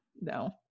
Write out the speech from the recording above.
no